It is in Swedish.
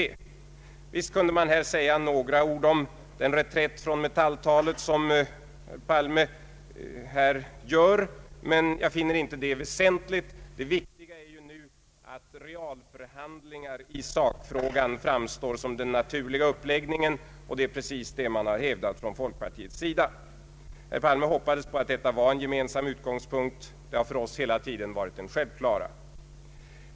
Visst kunde man säga några ord om den reträtt från Metalltalet som herr Palme här gör, men jag finner inte det väsentligt. Det viktiga är ju nu att realförhandlingar i sakfrågan framstår som den naturliga uppläggningen, och det är precis detta som folkpartiet har hävdat. Herr Palme hoppades att detta var en gemensam utgångspunkt. Det har för oss hela tiden varit den självklara utgångspunkten.